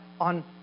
on